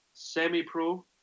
Semi-Pro